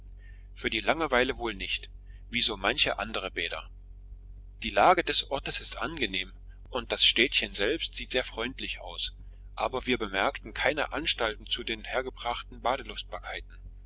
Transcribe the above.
für die langeweile wohl nicht wie so manche andere bäder die lage des ortes ist angenehm und das städtchen selbst sieht sehr freundlich aus aber wir bemerkten keine anstalten zu den hergebrachten